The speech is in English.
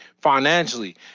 financially